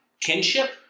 kinship